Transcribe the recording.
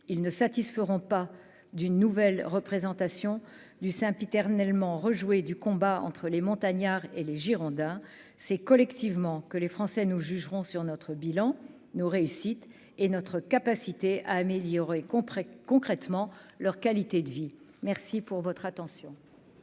il ne satisferont pas d'une nouvelle représentation du sempiternellement rejouer du combat entre les montagnards et les Girondins, c'est collectivement que les Français nous jugeront sur notre bilan, nos réussites et notre capacité à améliorer comprennent concrètement leur qualité de vie, merci pour votre attention.